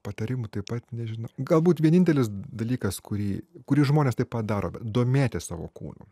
patarimų taip pat nežinau galbūt vienintelis dalykas kurį kurį žmonės taip pat padaro domėtis savo kūnu